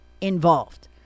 involved